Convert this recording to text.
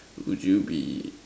would you be